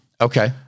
Okay